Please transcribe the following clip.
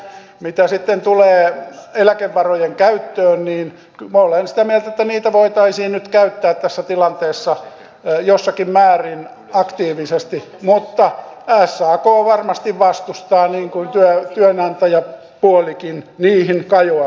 mitä sitten tulee eläkevarojen käyttöön niin olen sitä mieltä että niitä voitaisiin nyt käyttää tässä tilanteessa jossakin määrin aktiivisesti mutta sak varmasti vastustaa niin kuin työnantajapuolikin niihin kajoamisen